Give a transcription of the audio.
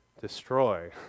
destroy